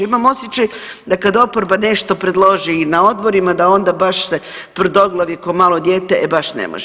Imam osjećaj da kad oporba nešto predloži i na odborima, da onda baš ste tvrdoglavi ko malo dijete, e baš ne može.